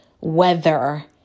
weather